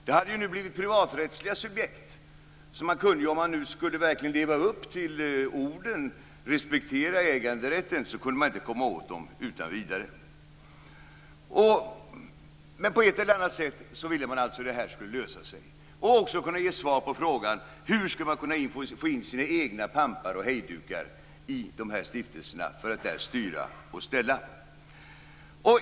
De hade ju nu blivit privaträttsliga subjekt, så man kunde inte, om man verkligen skulle leva upp till orden "respektera äganderätten", komma åt dem utan vidare. Men på ett eller annat sätt ville man att det här skulle lösa sig och även ge svar på frågan: Hur skulle man kunna få in sina egna pampar och hejdukar i de här stiftelserna för att där styra och ställa?